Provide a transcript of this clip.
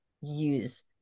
use